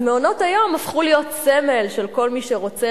אז מעונות-היום הפכו להיות סמל של כל מי שרוצה